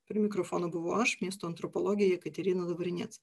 prie mikrofono buvau aš miesto antropologė jekaterina lavrinec